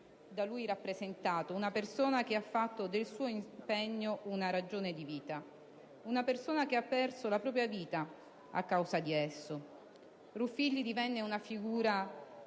Ruffilli divenne una figura